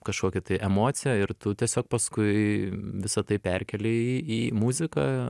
kažkokią tai emociją ir tu tiesiog paskui visa tai perkėli į į muziką